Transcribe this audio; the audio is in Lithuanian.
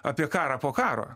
apie karą po karo